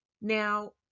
now